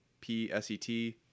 P-S-E-T